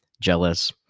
Jealous